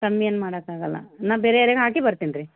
ಕಮ್ಮಿ ಏನೂ ಮಾಡೋಕ್ಕಾಗಲ್ಲ ನಾನು ಬೇರೆ ಯಾರಿಗೋ ಹಾಕಿ ಬರ್ತೇನೆ ರೀ